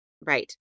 right